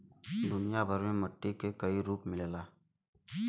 दुनिया भर में मट्टी के कई रूप मिलला